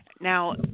Now